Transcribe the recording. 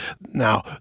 Now